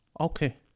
Okay